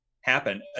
happen